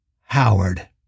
Howard